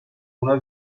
una